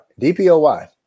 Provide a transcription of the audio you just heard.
DPOY